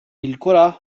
الكرة